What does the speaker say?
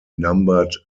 numbered